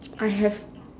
I have